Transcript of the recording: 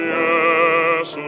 yes